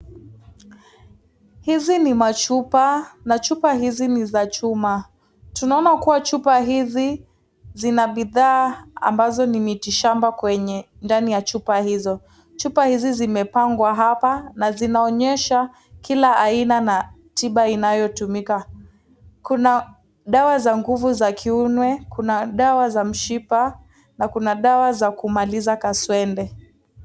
Hizi ni machupa, na chupa hizi ni za chuma. Tunaona kuwa chupa hizi zina bidhaa ambazo ni mitishamba kwenye ndani ya chupa hizo. Chupa hizi zimepangwa hapa na zinaonyesha kila aina na tiba inayotumika. Kuna dawa za nguvu za kiume, kuna dawa za mshipa, na kuna dawa za kumaliza kaswende.